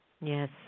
Yes